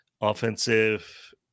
offensive